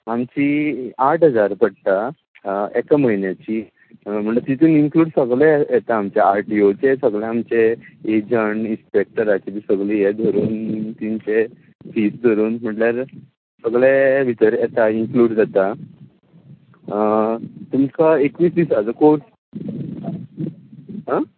आमची आठ हजार पडटा एका म्हन्याची म्हटल्यार तितून इनक्लूड सगले येता आमचे आरटियोचे सगळे आमचे एजंट इन्सपॅक्टराची बी सगळे हें धरून तिंचे फीज धरून म्हणल्यार सगळे भीतर येता इनक्लूड जाता तुमका एकवीस दिसाचो कॉर्स आं